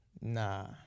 Nah